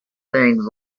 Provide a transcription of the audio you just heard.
things